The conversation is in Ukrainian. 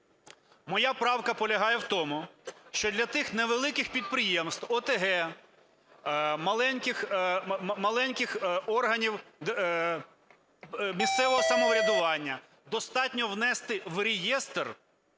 Моя правка полягає в тому, що для тих невеликих підприємств ОТГ, маленьких органів місцевого самоврядування достатньо внести в реєстр